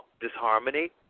disharmony